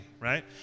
right